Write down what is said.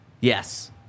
yes